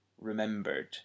remembered